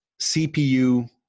CPU